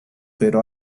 pero